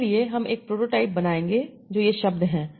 उसके लिए हम एक प्रोटो टाइप बनाएँगे जो ये शब्द हैं